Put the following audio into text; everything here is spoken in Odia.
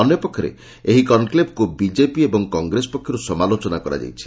ଅନ୍ୟପକ୍ଷରେ ଏହି କନ୍କ୍ଲେଭକୁ ବିଜେପି ଏବଂ କଂଗ୍ରେସ ପକ୍ଷରୁ ସମାଲୋଚନା କରାଯାଇଛି